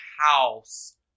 House